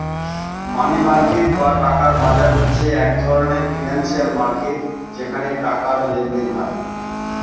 মানি market বা টাকার বাজার হচ্ছে এক ধরনের ফিনান্সিয়াল মার্কেট যেখানে টাকার লেনদেন হয়